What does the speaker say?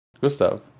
Gustav